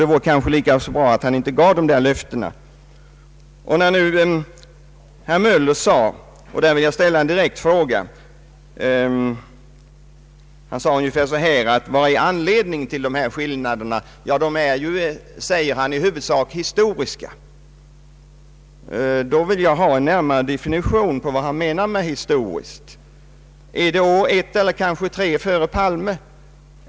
Det vore kanske lika bra att han inte gjorde några uttalanden alls. Herr Möller frågade vad som är anledningarna till dessa skillnader som finns och svarade själv att de är i huvudsak historiska. Då vill jag ha en närmare definition på vad han menar med historisk. Är det ett eller kanske tre år före Palme?